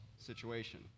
situation